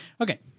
Okay